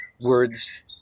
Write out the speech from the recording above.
words